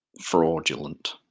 fraudulent